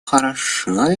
хорошо